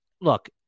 look